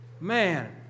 Man